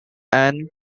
and